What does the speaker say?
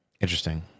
Interesting